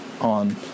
on